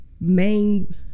main